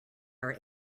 are